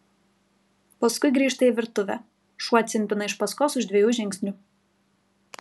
paskui grįžta į virtuvę šuo cimpina iš paskos už dviejų žingsnių